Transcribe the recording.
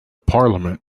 parliament